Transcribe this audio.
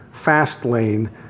Fastlane